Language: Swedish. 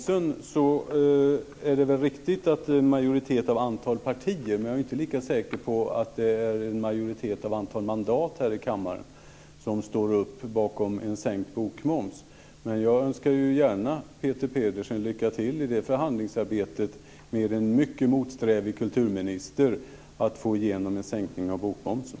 Sedan är det väl riktigt att en majoritet sett till antalet partier - jag är inte lika säker på att det också gäller antalet mandat - här i kammaren står upp för en sänkt bokmoms. Jag önskar gärna Peter Pedersen lycka till i förhandlingsarbetet med en mycket motsträvig kulturminister när det gäller att få igenom en sänkning av bokmomsen.